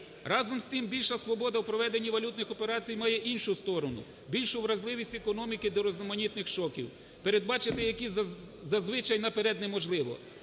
Разом з тим, більша свобода в проведенні валютних операцій має іншу сторону – більшу вразливість економіки до різноманітних шоків, передбачити які зазвичай наперед неможливо.